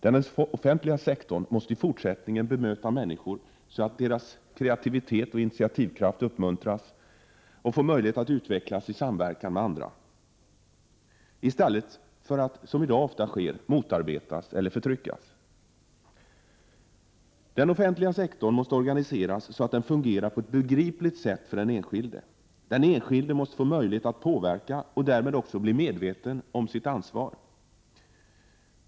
Den offentliga sektorn måste i fortsättningen bemöta människor, så att deras kreativitet och initiativkraft uppmuntras och får möjlighet att utvecklas i samverkan med andra i stället för att, som i dag ofta sker, motarbetas eller förtryckas. Den offentliga sektorn måste organiseras, så att den fungerar på ett begripligt sätt för den enskilde. Den enskilde måste få möjlighet att påverka och därmed också bli medveten om sitt ansvar.